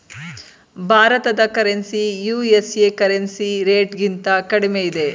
ಭಾರತದ currency USA currency ರೇಟ್ಗಿಂತ ಕಡಿಮೆ ಇದೆ